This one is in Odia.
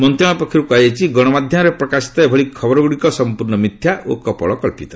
ମନ୍ତ୍ରଣାଳୟ ପକ୍ଷରୁ କୁହାଯାଇଛି ଗଶମାଧ୍ୟମରେ ପ୍ରକାଶିତ ଏଭଳି ଖବରଗୁଡ଼ିକ ସଂପୂର୍ଣ୍ଣ ମିଥ୍ୟା ଓ କପୋଳକଳ୍ପିତ